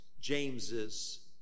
James's